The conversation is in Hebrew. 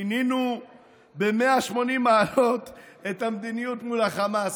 שינינו ב-180 מעלות את המדיניות מול החמאס,